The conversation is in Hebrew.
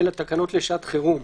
חירום,